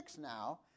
now